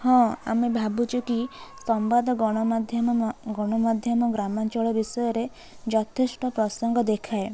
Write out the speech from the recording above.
ହଁ ଆମେ ଭାବୁଛୁ କି ସମ୍ବାଦ ଗଣମାଧ୍ୟମ ଗଣମାଧ୍ୟମ ଗ୍ରାମାଞ୍ଚଳ ବିଷୟରେ ଯଥେଷ୍ଟ ପ୍ରସଙ୍ଗ ଦେଖାଏ